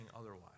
otherwise